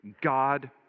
God